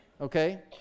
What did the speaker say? Okay